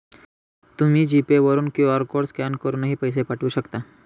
तुम्ही G pay वरून QR code scan करूनही पैसे पाठवू शकता